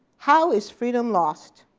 how is freedom lost?